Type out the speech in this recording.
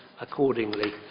accordingly